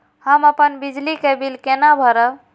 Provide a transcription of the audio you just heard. हम अपन बिजली के बिल केना भरब?